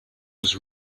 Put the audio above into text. was